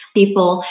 people